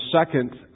second